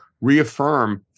reaffirm